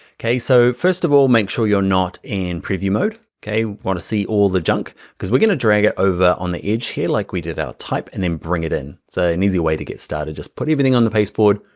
so first of all, make sure you're not in preview mode. we wanna see all the junk, cuz we're gonna drag it over on the edge here, like we did our type and then bring it in. so an easy way to get started. just put everything on the paste board,